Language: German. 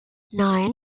nein